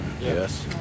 Yes